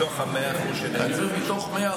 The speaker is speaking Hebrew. מתוך 100% שנעצרים,